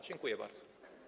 Dziękuję bardzo.